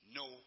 no